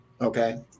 Okay